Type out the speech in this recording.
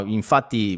infatti